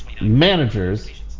managers